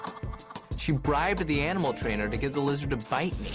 she bribed the animal trainer to get the lizard to bite